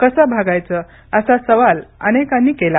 कसं भागायचं असा सवाल अनेकांनी केला